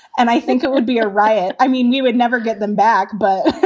and i think it would be a riot. i mean, we would never get them back but